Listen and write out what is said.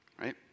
right